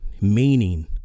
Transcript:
Meaning